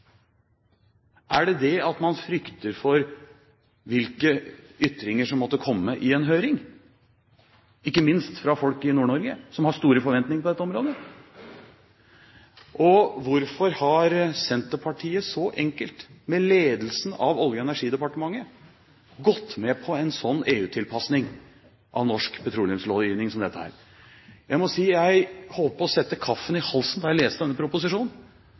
Er det det at man frykter for hvilke ytringer som måtte komme i en høring, ikke minst fra folk i Nord-Norge, som har store forventninger på dette området? Og hvorfor har Senterpartiet så enkelt med ledelsen av Olje- og energidepartementet gått med på en sånn EU-tilpasning av norsk petroleumslovgivning som dette er? Jeg må si jeg holdt på å sette kaffen i halsen da jeg leste denne proposisjonen.